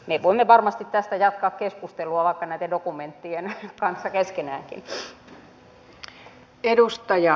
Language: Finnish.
me voimme varmasti tästä jatkaa keskustelua vaikka näiden dokumenttien kanssa keskenämmekin